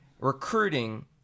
recruiting